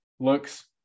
Looks